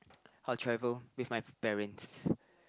I'll travel with my parents